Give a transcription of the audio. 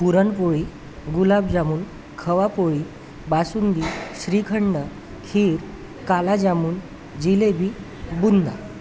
puran poli gulab jamun khavapoli basundi shrikhand kheer kala jamun jalebi बुंदा